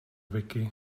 wiki